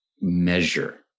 measure